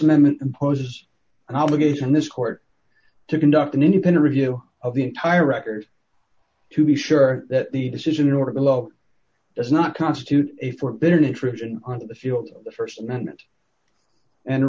amendment imposes an obligation this court to conduct an independent review of the entire record to be sure that the decision or below does not constitute a forbidden intrusion on the fuel of the st amendment and